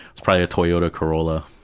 probably a toyota corolla.